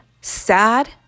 sad